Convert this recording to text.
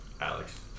Alex